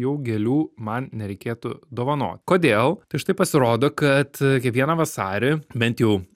jau gėlių man nereikėtų dovanot kodėl tai štai pasirodo kad kiekvieną vasarį bent jau